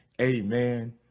Amen